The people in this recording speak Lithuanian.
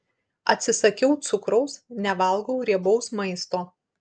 atsisakiau cukraus nevalgau riebaus maisto